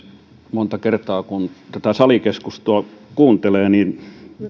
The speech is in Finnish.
monta kertaa kun tätä salikeskustelua kuuntelee